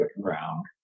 ground